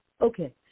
Okay